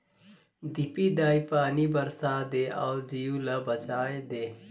देपी दाई पानी बरसाए दे अउ जीव ल बचाए दे